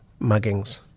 muggings